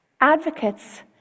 Advocates